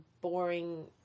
boring